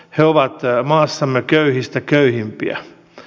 he ovat maassamme köyhistä köyhimpiä